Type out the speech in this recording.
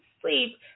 sleep